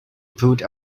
pulled